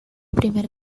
primer